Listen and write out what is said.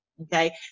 Okay